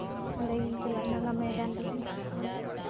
ᱚᱸᱰᱮ ᱜᱤᱧ ᱪᱟᱞᱟᱜᱼᱟ ᱦᱟᱸᱜ ᱚᱱᱟ ᱢᱚᱭᱫᱟᱱ ᱨᱮᱜᱮ